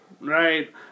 Right